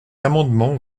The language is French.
amendement